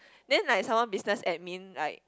then like some more business admin like